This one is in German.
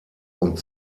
und